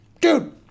dude